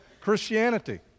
Christianity